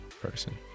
person